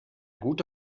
gute